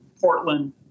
Portland